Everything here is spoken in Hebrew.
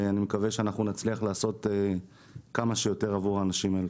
אני מקווה שנצליח לעשות כמה שיותר עבור האנשים האלה.